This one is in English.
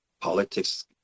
politics